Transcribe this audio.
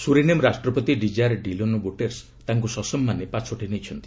Suriname ରାଷ୍ଟ୍ରପତି Desire Delano Bouterse ତାଙ୍କୁ ସସମ୍ମାନେ ପାଛୋଟି ନେଇଛନ୍ତି